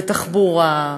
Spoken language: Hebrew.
בתחבורה,